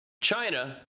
China